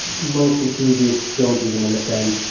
most enthusiasts don't even understand.